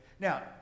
Now